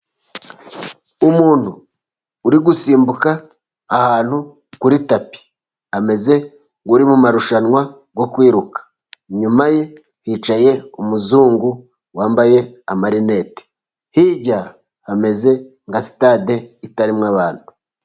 Umuntu uri gusimbuka ahantu kuri tapi, ameze nk'uri mu marushanwa yo kwiruka, inyuma ye hicaye umuzungu wambaye amarinete, hirya hameze nka sitade itarimo abantu.